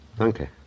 Okay